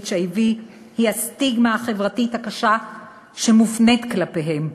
HIV היא הסטיגמה החברתית הקשה שמופנית כלפיהם.